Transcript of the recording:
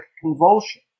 convulsion